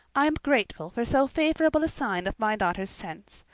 i am grateful for so favourable a sign of my daughter's sense.